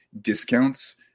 discounts